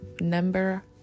number